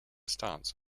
stance